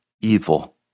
evil